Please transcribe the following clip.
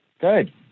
good